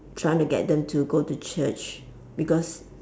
trying to get them to go to church because